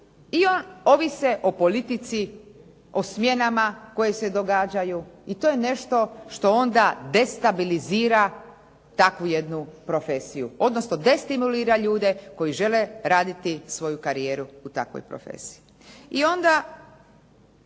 I oni ovise o politici, o smjenama koje se događaju i to je nešto što onda destabilizira takvu jednu profesiju. Odnosno destimulira ljude koji žele raditi svoju karijeru u takvoj profesiji.